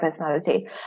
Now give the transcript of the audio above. personality